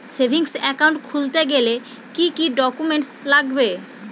Savings account খুলতে গেলে কি কি ডকুমেন্টস লাগবে?